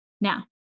Now